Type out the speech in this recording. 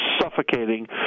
suffocating